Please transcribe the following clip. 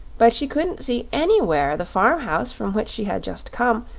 but she couldn't see anywhere the farm-house from which she had just come,